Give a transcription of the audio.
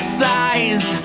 size